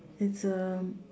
it's um